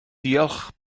diolch